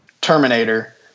Terminator